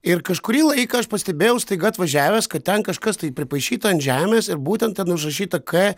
ir kažkurį laiką aš pastebėjau staiga atvažiavęs kad ten kažkas tai pripaišyta ant žemės ir būtent ten užrašyta k